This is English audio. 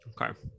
Okay